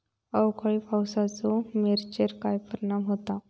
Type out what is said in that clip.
अवकाळी पावसाचे मिरचेर काय परिणाम होता?